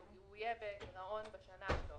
הוא יהיה בגירעון בשנה הזו.